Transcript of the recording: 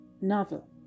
Novel